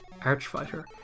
Archfighter